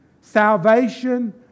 salvation